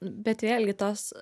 bet vėlgi tos